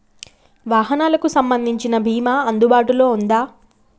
వాహనాలకు సంబంధించిన బీమా అందుబాటులో ఉందా?